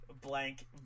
blank